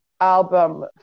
album